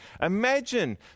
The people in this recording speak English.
Imagine